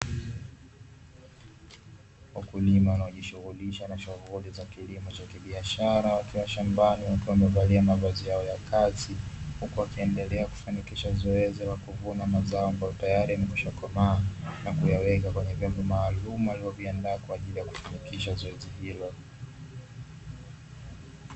Wakulima wanaojishughulisha na shughuli za kilimo cha kibiashara wakiwa shambani wakiwa wamevalia mavazi yao ya kazi, huku wakiendelea kufanikisha zoezi la kuvuna mazao tayari ameshakomaa, na kuyaweka kwenye vyombo maalumu alivyoviandaa kwa ajili ya kufanikisha zoezi hilo.